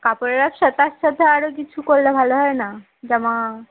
কাপড়ের ব্যবসা তার সাথে আরও কিছু করলে ভালো হয় না জামা